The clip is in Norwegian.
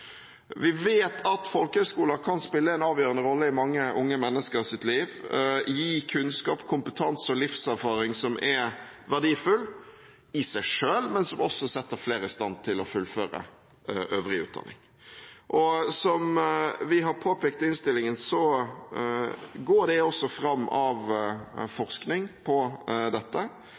Vi vet at folkehøyskoler kan spille en avgjørende rolle i mange unge menneskers liv. De gir kunnskap, kompetanse og livserfaring, som er verdifullt i seg selv, men som også setter flere i stand til å fullføre øvrig utdanning. Som vi har påpekt i innstillingen, går dette også fram av forskning. Det gir et stort utbytte for elevene å delta på